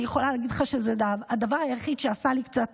אני יכולה להגיד לך שזה הדבר היחיד שעשה לי קצת